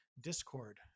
discord